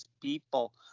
people